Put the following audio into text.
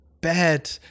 bad